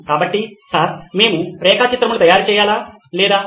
కాబట్టి సార్ మేము రేఖా చిత్రంలు తయారు చేయాలా లేదా